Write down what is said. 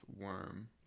Worm